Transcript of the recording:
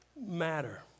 matter